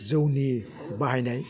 जौनि बाहायनाय